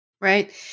Right